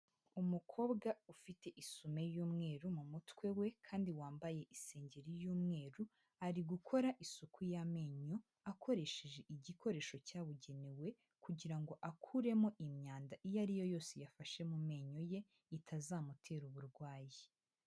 Umukobwa ufite isume y'umweru mu mutwe we kandi wambaye isengeri y'umweru, ari gukora isuku y'amenyo akoresheje igikoresho cyabugenewe kugira ngo akuremo imyanda iyo ari yo yose yafashe mu menyo ye itazamutera uburwayi.